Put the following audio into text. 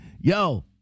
yo